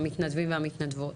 המתנדבים והמתנדבות?